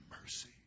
mercy